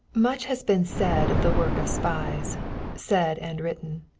much has been said of the work of spies said and written.